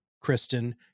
Kristen